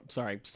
Sorry